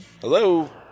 Hello